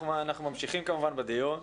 אנחנו כמובן ממשיכים בדיון.